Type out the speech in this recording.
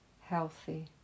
healthy